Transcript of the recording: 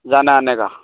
जाने आने का